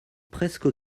presque